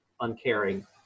uncaring